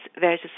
versus